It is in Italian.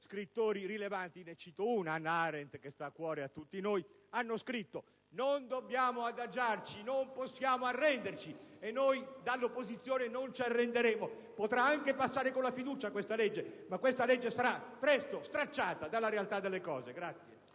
scrittori rilevanti - ne cito una, Hannah Arendt, che sta cuore a tutti noi - hanno scritto. Non dobbiamo adagiarci, non possiamo arrenderci e noi dall'opposizione non ci arrenderemo. Potrà anche passare con la fiducia questa legge, ma sarà presto stracciata dalla realtà delle cose.